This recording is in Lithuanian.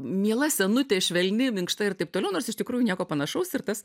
miela senutė švelni minkšta ir taip toliau nors iš tikrųjų nieko panašaus ir tas